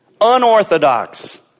unorthodox